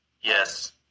Yes